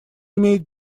имеет